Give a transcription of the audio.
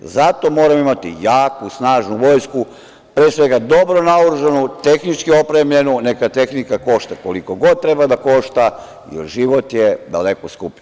Zato moramo imati jaku, snažnu vojsku, pre svega dobro naoružanu, tehnički opremljenu, neka tehnika košta koliko god treba da košta, jer život je daleko skuplji.